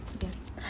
yes